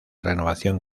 renovación